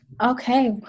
Okay